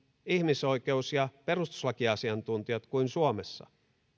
ihmisoikeus ja perustuslakiasiantuntijat kuin suomessa